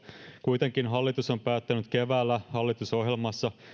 kuitenkin hallitus on päättänyt keväällä hallitusohjelmassa